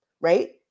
right